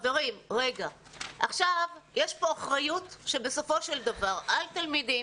יש כאן אחריות שבסופו של דבר היא על תלמידים